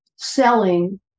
selling